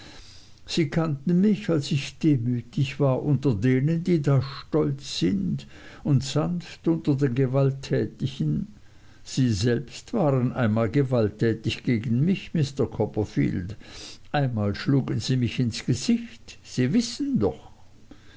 sie kannten mich als ich demütig war unter denen die da stolz sind und sanft unter den gewalttätigen sie selbst waren einmal gewalttätig gegen mich mr copperfield einmal schlugen sie mich ins gesicht sie wissen doch